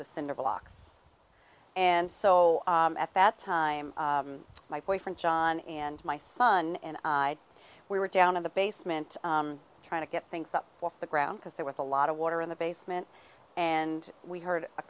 the cinder blocks and so at that time my boyfriend john and my son and we were down in the basement trying to get things up off the ground because there was a lot of water in the basement and we heard a